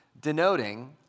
denoting